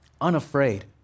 unafraid